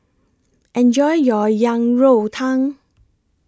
Enjoy your Yang Rou Tang